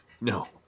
no